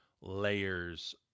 layers